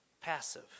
passive